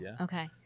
okay